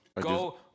Go